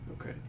Okay